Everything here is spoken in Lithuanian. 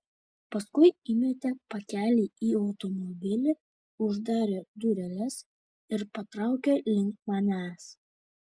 paskui įmetė pakelį į automobilį uždarė dureles ir patraukė link manęs